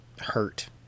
hurt